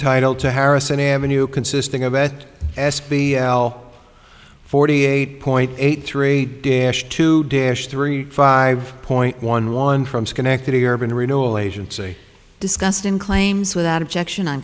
title to harrison avenue consisting of s s b l forty eight point eight three dash to dash three five point one one from schenectady urban renewal agency discussed in claims without objection on